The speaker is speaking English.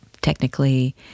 Technically